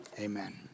Amen